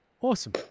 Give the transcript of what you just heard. Awesome